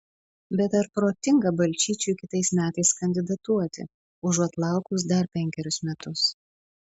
bet ar protinga balčyčiui kitais metais kandidatuoti užuot laukus dar penkerius metus